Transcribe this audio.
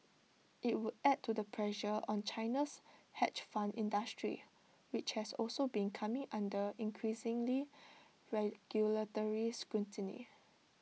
IT would add to the pressure on China's hedge fund industry which has also been coming under increasingly regulatory scrutiny